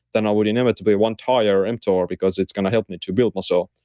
then i would inevitably want higher mtor because it's going to help me to build muscle.